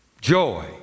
Joy